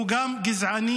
הוא גם גזעני,